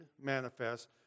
manifest